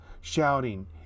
Shouting